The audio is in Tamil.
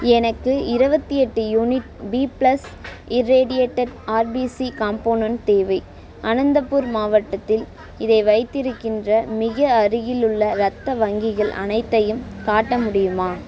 எனக்கு இருவத்தி எட்டு unit B plus irradiated RBC component தேவை அனந்தபூர் மாவட்டத்தில் இதை வைத்திருக்கின்ற மிக அருகிலுள்ள இரத்த வங்கிகள் அனைத்தையும் காட்ட முடியுமா